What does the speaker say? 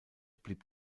blieb